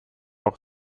auch